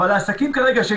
אבל העסקים כרגע,